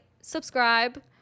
subscribe